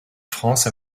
france